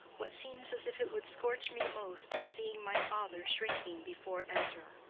what seems as if it would scorch me most is seeing my father shrinking before ezra.